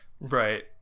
right